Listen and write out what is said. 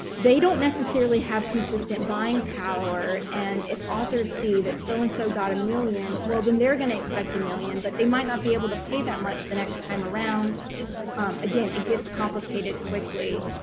they don't necessarily have consistent buying power and if authors see that so-and-so got a million, well, then they're gonna expect a million, but they might not be able to pay that much the next time around. um again, it gets complicated quickly.